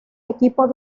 equipo